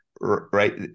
right